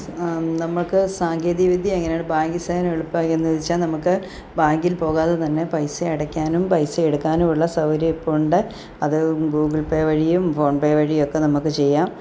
നമ്മൾക്ക് സാങ്കേതിക വിദ്യ എങ്ങനെയാണ് ബാങ്കിങ് സേവനം എളുപ്പമായിരിക്കുന്നതു വെച്ചാൽ നമുക്ക് ബാങ്കിൽ പോകാതെ തന്നെ പൈസ അടയ്ക്കാനും പൈസ എടുക്കാനും ഉള്ള സൗകര്യം ഇപ്പോളുണ്ട് അതു ഗൂഗിൾ പേ വഴിയും ഫോൺ പേ വഴിയും ഒക്കെ നമുക്ക് ചെയ്യാം